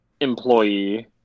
employee